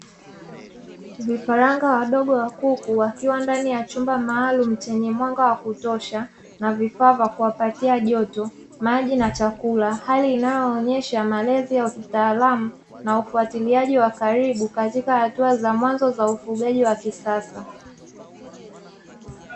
Vifaranga wadogo wa kuku wakiwa ndani ya chumba maalumu chenye mwanga wa kutosha na vifaa vya kuwapatia joto, maji na chakula. Hali inayoonyesha malezi ya kitaalamu na ufatiliaji wa karibu katika hatua za mwanzo za ufugaji wa kisasa.